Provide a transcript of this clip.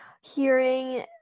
hearing